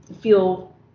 feel